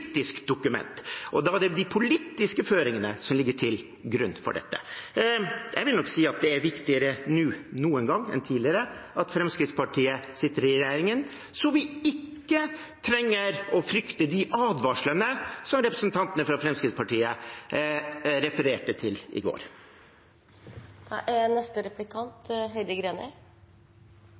dokument. Da er det de politiske føringene som ligger til grunn for dette. Jeg vil nok si at det er viktigere nå enn noen gang tidligere at Fremskrittspartiet sitter i regjering, slik at vi ikke trenger å frykte de advarslene som representantene fra Fremskrittspartiet refererte til i går. Det er